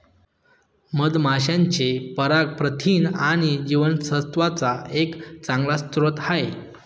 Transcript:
मधमाशांचे पराग प्रथिन आणि जीवनसत्त्वांचा एक चांगला स्रोत आहे